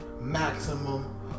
Maximum